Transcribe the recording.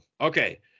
Okay